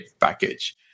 package